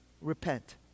Repent